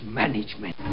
management